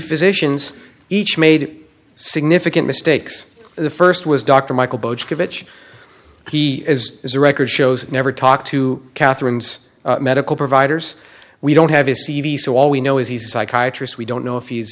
physicians each made significant mistakes the st was dr michael he is the record shows never talked to katherine's medical providers we don't have his c v so all we know is he's a psychiatrist we don't know if he's